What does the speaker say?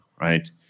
right